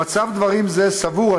במצב דברים זה, אני